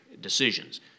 decisions